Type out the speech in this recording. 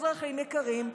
אזרחים יקרים,